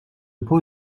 pot